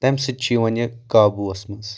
تمہِ سۭتۍ چھُ یِوان یہِ قابوٗوس منٛز